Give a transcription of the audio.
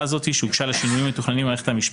זו שהוקדשה לשינויים מתוכננים במערכת המשפט,